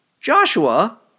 Joshua